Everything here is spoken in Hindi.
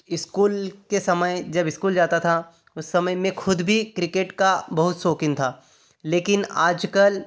स्कूल के समय जब स्कूल जाता था उस समय मैं खुद भी क्रिकेट का बहुत शौकीन था लेकिन आज कल